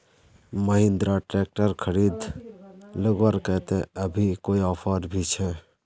Mahindra tractor खरीद लगवार केते अभी कोई ऑफर भी छे?